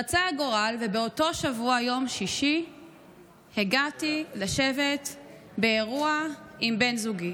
רצה הגורל ובאותו שבוע ביום שישי הגעתי לשבת באירוע עם בן זוגי.